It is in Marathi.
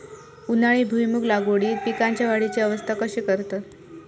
उन्हाळी भुईमूग लागवडीत पीकांच्या वाढीची अवस्था कशी करतत?